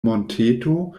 monteto